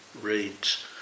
reads